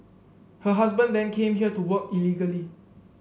her husband then came here to work illegally